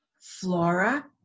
flora